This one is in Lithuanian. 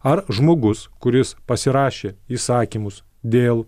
ar žmogus kuris pasirašė įsakymus dėl